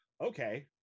Okay